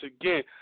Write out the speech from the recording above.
again